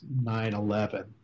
9-11